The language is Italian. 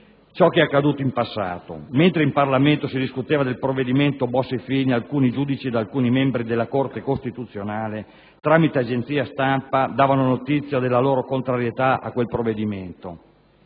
ciò che è accaduto in passato. Mentre in Parlamento si discuteva del provvedimento Bossi-Fini, alcuni giudici e alcuni membri della Corte costituzionale, tramite agenzie di stampa, davano notizia della loro contrarietà a quel provvedimento